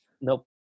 Nope